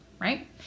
right